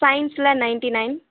சயின்ஸில் ninety nine